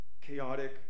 chaotic